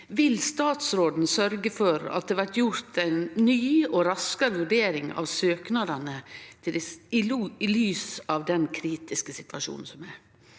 Vil statsråden sørge for at det vert gjort ei ny og raskare vurdering av søknadane i ljos av den kritiske situasjonen?»